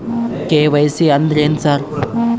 KYC ಅಂದ್ರೇನು sir?